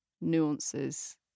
nuances